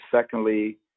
Secondly